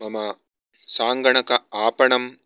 मम साङ्गणक आपणम्